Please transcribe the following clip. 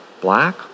black